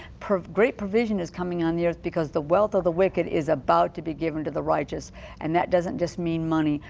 great provision is coming on the earth because the wealth of the wicked is about to be given to the righteous and that doesn't just mean money.